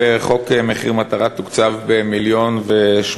2. מה היא ההצדקה להוצאה ציבורית גבוהה כל כך על קמפיינים ומיתוגים?